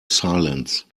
silence